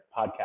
podcast